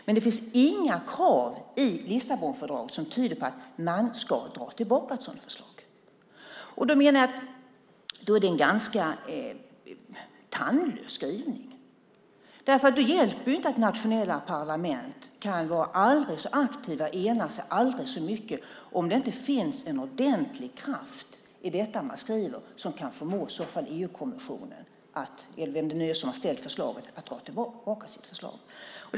Men det finns inga krav i Lissabonfördraget som tyder på att man ska dra tillbaka ett sådant förslag. Då menar jag att det är en ganska tandlös skrivning. Det hjälper inte att nationella parlament kan vara aldrig så aktiva, ena sig aldrig så mycket om det inte finns en ordentlig kraft i det man skriver som i så fall kan förmå EU-kommissionen eller vem det nu är som har lagt fram förslaget att dra tillbaka sitt förslag.